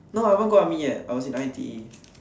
no I haven't go army yet I was in I_T_E